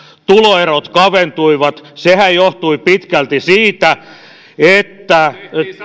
tuloerot kaventuivat sehän johtui pitkälti siitä että